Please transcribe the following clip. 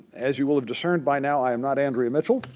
as you will have discerned by now, i am not andrea mitchell.